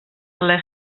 les